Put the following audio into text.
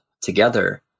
together